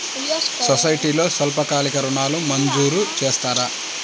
సొసైటీలో స్వల్పకాలిక ఋణాలు మంజూరు చేస్తారా?